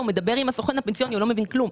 הוא מדבר עם הסוכן הפנסיוני, והוא לא מבין כלום.